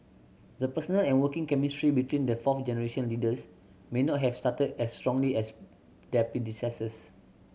the personal and working chemistry between the fourth generation leaders may not have started as strongly as their predecessors